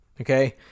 Okay